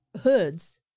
hoods